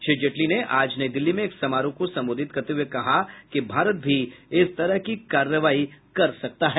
श्री जेटली ने आज नई दिल्ली में एक समारोह को संबोधित करते हुये कहा कि भारत भी इस तरह की कार्रवाई कर सकता है